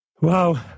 Wow